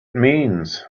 means